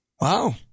Wow